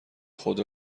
خود